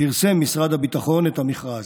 פרסם משרד הביטחון את המכרז.